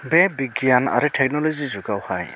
बे बिगियान आरो टेक्नलजि जुगावहाय